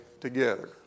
together